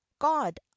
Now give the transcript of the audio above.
God